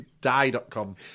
die.com